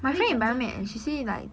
I mean 讲真